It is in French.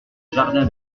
jardin